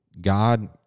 God